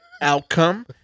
outcome